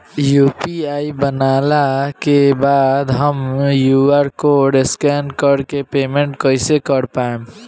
UPI बनला के बाद हम क्यू.आर कोड स्कैन कर के पेमेंट कइसे कर पाएम?